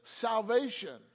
salvation